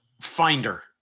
Finder